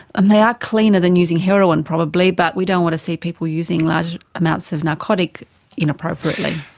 and they are cleaner than using heroin probably, but we don't want to see people using large amounts of narcotics inappropriately.